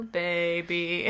baby